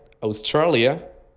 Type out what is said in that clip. Australia